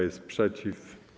jest przeciw?